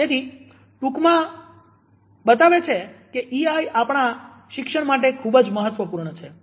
તેથી આ ટૂકમાં બતાવે છે કે ઈઆઈ આપણા શિક્ષણ માટે ખૂબ જ મહત્વપૂર્ણ છે